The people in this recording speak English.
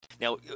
Now